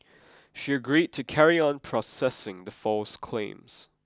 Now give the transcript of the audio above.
she agreed to carry on processing the false claims